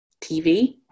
TV